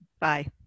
Bye